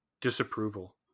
Disapproval